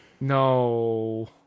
No